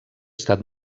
estat